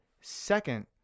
second